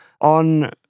on